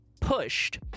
pushed